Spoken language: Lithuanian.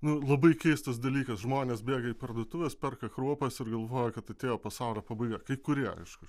nu labai keistas dalykas žmonės bėga į parduotuves perka kruopas ir galvoja kad atėjo pasaulio pabaiga kai kurie aišku